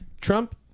Trump